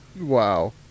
Wow